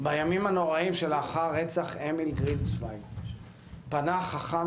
בימים הנוראים שלאחר רצח אמיל גרינצווייג פנה חכם